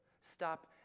Stop